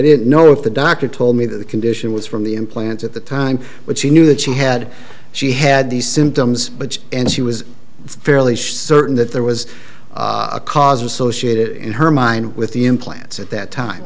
didn't know if the doctor told me that the condition was from the implants at the time but she knew that she had she had these symptoms but and she was fairly certain that there was a cause associated in her mind with the implants at that time